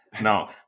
No